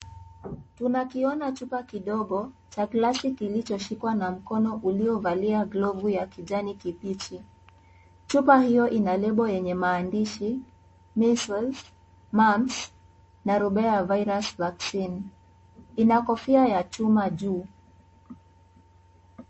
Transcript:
Tunakiona chupa kidogo cha glasi kilichoshikwa na mkono uliovalia glovu ya kijani kibichi. Chupa hiyo ina lebo yenye maandishi measles ,mumps na rubella virus vaccine ina kofia ya chuma juu.